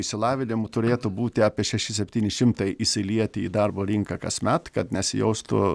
išsilavinimu turėtų būti apie šeši septyni šimtai įsilieti į darbo rinką kasmet kad nesijaustų